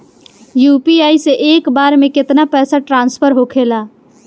UPI से एक बार मे केतना पैसा ट्रस्फर होखे ला?